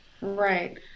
Right